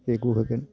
जैग्य' होगोन